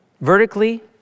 Vertically